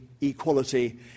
equality